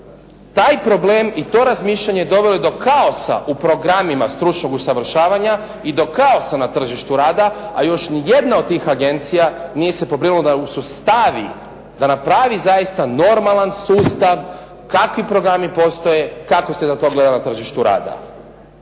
Taj problem i to razmišljanje doveo je do kaosa u programima stručnog usavršavanja i do kaosa na tržištu rada, a još ni jedna od tih agencija nije se pobrinula da usustavi, da napravi zaista normalan sustav kakvi programi postoje, kako se …/Govornik se